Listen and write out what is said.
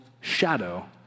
shadow